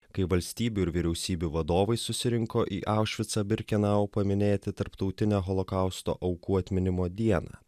kai valstybių ir vyriausybių vadovai susirinko į aušvicą birkenau paminėti tarptautinę holokausto aukų atminimo dieną